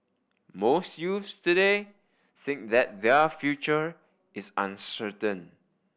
most youths today think that their future is uncertain